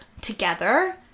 together